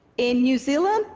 in new zealand,